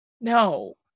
No